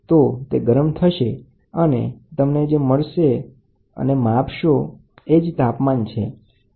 તો તે ગરમ થશે અને તમને જે મળશે અને માપશો એ જ તાપમાન છે